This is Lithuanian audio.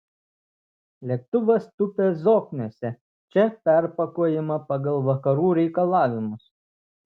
lėktuvas tupia zokniuose čia perpakuojama pagal vakarų reikalavimus